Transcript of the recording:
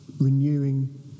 renewing